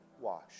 wash